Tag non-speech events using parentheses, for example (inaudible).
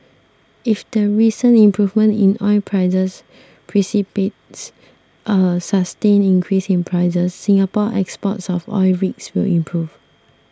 if the recent improvement in oil prices (unintelligible) a sustained increase in prices Singapore's exports of oil rigs will improve